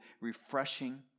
refreshing